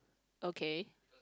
okay